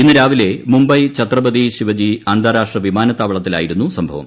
ഇന്ന് രാവിലെ മുളബൈ ഛത്രപതി ശിവജി അന്താരാഷ്ട്ര വിമാനത്താവളത്തിലായിരുന്നു സ്ഭവം